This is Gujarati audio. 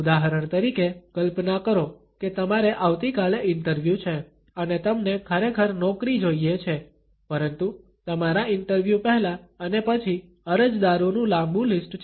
ઉદાહરણ તરીકે કલ્પના કરો કે તમારે આવતીકાલે ઇન્ટરવ્યૂ છે અને તમને ખરેખર નોકરી જોઈએ છે પરંતુ તમારા ઇન્ટરવ્યૂ પહેલા અને પછી અરજદારોનું લાંબુ લિસ્ટ છે